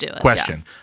question